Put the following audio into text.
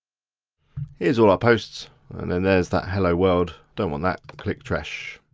here's all our posts and then there's that hello world. don't want that, click trash.